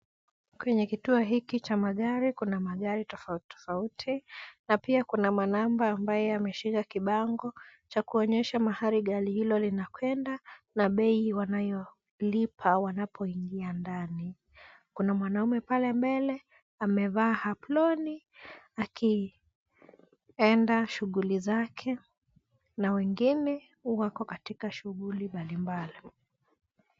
Kweye kituo hiki cha magari kuna magari tofauti tofauti na pia kuna manamba ambaye ameshika kibango cha kuonyesha mahali gari hilo linakwenda na bei wanayolipa wanapoingia ndani. Kuna mwanaume pale mbele amevaa aproni, akienda shughuli zake na wengine wako katika shughuli .